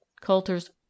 Coulter's